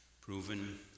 proven